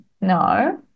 no